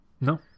No